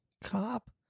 Cop